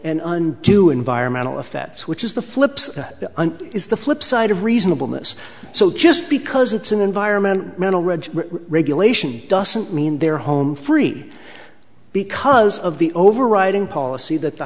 and on do environmental effects which is the flips and is the flipside of reasonableness so just because it's an environment mental red regular doesn't mean they're home free because of the overriding policy that the